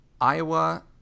Iowa